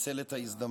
אנצל את ההזדמנות.